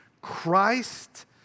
christ